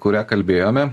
kuria kalbėjome